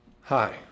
Hi